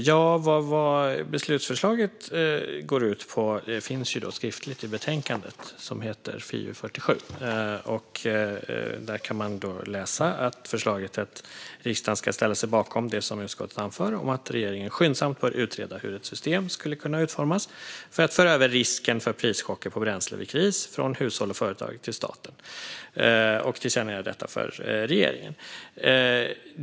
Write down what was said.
Herr talman! Vad beslutsförslaget går ut på står i skrift i betänkandet som heter FiU47. Där kan man läsa att förslaget är att "riksdagen ställer sig bakom det som utskottet anför om att regeringen skyndsamt bör utreda hur ett system skulle kunna utformas för att överföra risken för prischocker på bränsle vid kris från hushåll och företag till staten och tillkännager detta för regeringen".